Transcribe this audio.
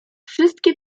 wszystkie